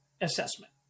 assessment